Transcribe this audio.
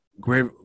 Great